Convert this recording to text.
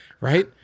right